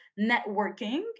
networking